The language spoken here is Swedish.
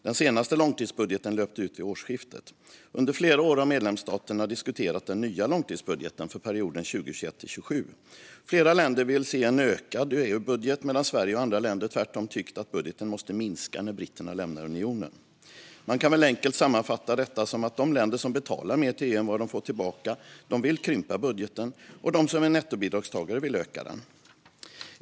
Den senaste långtidsbudgeten löpte ut vid årsskiftet. Under flera år har medlemsstaterna diskuterat den nya långtidsbudgeten för perioden 2021-2027. Flera länder vill se en utökad EU-budget, medan Sverige och andra länder tvärtom tyckt att budgeten måste minska när britterna lämnar unionen. Man kan väl enkelt sammanfatta detta som att de länder som betalar mer till EU än de får tillbaka vill krympa budgeten och de som är nettobidragstagare vill öka den.